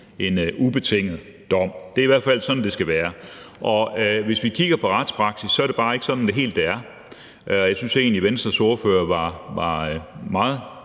en ubetinget dom. Det er i hvert fald sådan, det skal være. Hvis vi kigger på retspraksis, er det bare ikke helt sådan, det er. Jeg synes egentlig, Venstres ordfører var meget